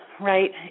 right